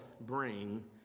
bring